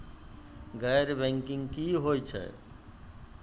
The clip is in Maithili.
गैर बैंकिंग की होय छै?